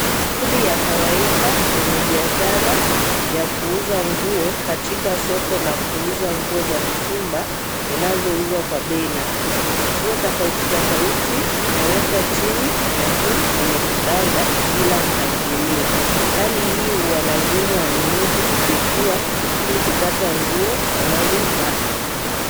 Shughuli ya kawaida kwenye biashara ya kuuza nguo katika soko la kuuza nguo za mitumba zinazouzwa kwa bei nafuu. Nguo tofauti tofauti zimewekwa chini na juu kwenye kibanda bila mpangilio. Hali hii huwalazimu wanunuzi kupekua ili kupata nguo wanazotaka.